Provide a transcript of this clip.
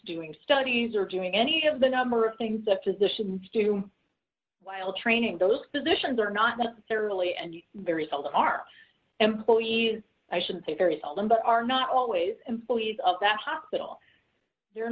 doing studies or doing any of the number of things that physicians do while training those positions are not necessarily and the result of our employees i should say very seldom but are not always employees of that hospital there a